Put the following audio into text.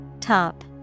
Top